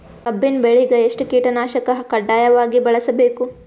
ಕಬ್ಬಿನ್ ಬೆಳಿಗ ಎಷ್ಟ ಕೀಟನಾಶಕ ಕಡ್ಡಾಯವಾಗಿ ಬಳಸಬೇಕು?